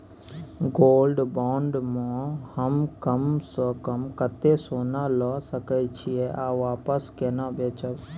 Gold bond म हम कम स कम कत्ते सोना ल सके छिए आ वापस केना बेचब?